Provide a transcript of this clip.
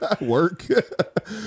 work